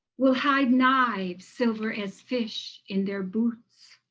will hide knives silver as fish in their boots,